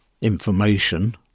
information